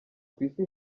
kw’isi